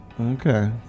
Okay